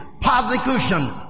persecution